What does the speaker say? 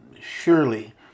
surely